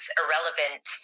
irrelevant